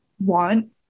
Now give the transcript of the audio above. want